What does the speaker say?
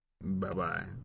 Bye-bye